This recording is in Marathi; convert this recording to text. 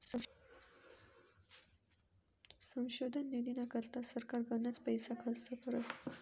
संशोधन निधीना करता सरकार गनच पैसा खर्च करस